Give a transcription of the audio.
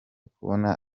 kubona